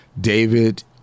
David